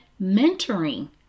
mentoring